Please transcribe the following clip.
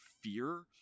fear